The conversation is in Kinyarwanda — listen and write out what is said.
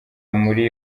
muri